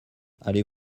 allez